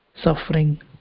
suffering